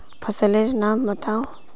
फसल लेर नाम बाताउ?